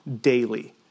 daily